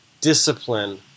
discipline